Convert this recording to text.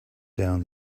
down